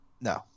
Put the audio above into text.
No